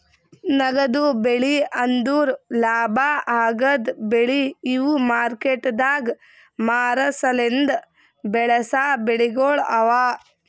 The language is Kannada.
ನಗದು ಬೆಳಿ ಅಂದುರ್ ಲಾಭ ಆಗದ್ ಬೆಳಿ ಇವು ಮಾರ್ಕೆಟದಾಗ್ ಮಾರ ಸಲೆಂದ್ ಬೆಳಸಾ ಬೆಳಿಗೊಳ್ ಅವಾ